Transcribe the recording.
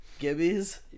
Gibbies